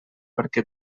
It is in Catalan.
perquè